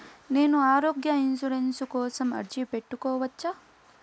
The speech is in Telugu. నేను ఆరోగ్య ఇన్సూరెన్సు కోసం అర్జీ పెట్టుకోవచ్చా?